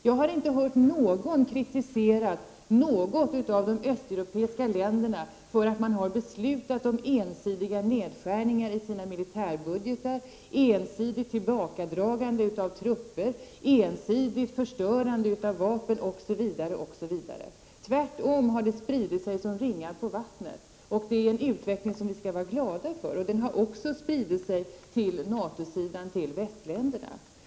Jag har inte hört någon kritisera något av de östeuropeiska länderna för att dessa har beslutat om ensidiga nedskär 41 ningar i sina militärbudgetar, ensidigt tillbakadragande av trupper, ensidigt förstörande av vapen osv. Tvärtom har detta spridit sig som ringar på vattnet, och det är en utveckling som vi skall vara glada för. Denna utveckling har också spridit sig till NATO-sidan, till västländerna.